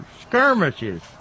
skirmishes